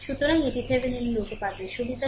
সুতরাং এটি থেভেনিনের উপপাদ্যের সুবিধা